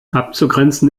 abzugrenzen